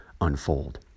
unfold